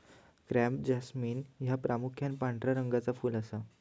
crape jasmine ह्या प्रामुख्यान पांढऱ्या रंगाचा फुल असा